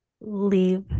leave